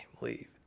leave